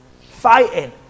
fighting